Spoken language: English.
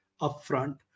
upfront